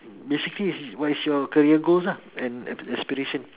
basically is what is your career goals lah and aspirations